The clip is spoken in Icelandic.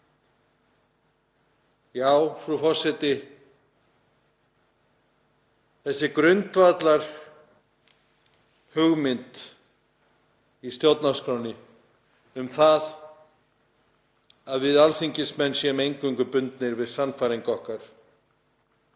Frú forseti. Þessi grundvallarhugmynd í stjórnarskránni um það að við alþingismenn séum eingöngu bundnir við sannfæringu okkar